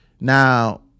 Now